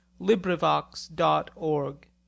Librivox.org